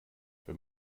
wenn